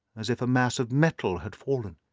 as if a mass of metal had fallen.